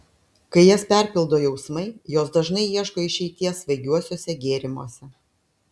kai jas perpildo jausmai jos dažnai ieško išeities svaigiuosiuose gėrimuose